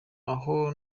aho